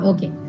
Okay